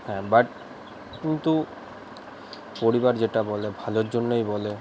হ্যাঁ বাট কিন্তু পরিবার যেটা বলে ভালোর জন্যই বলে